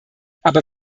aber